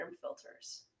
filters